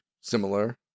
similar